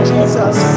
Jesus